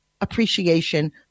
appreciation